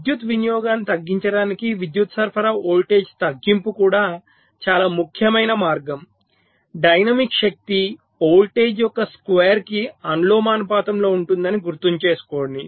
విద్యుత్ వినియోగాన్ని తగ్గించడానికి విద్యుత్ సరఫరా వోల్టేజ్ తగ్గింపు కూడా చాలా ముఖ్యమైన మార్గం డైనమిక్ శక్తి వోల్టేజ్ యొక్క స్క్వేర్ కి అనులోమానుపాతంలో ఉంటుందని గుర్తుచేసుకోండి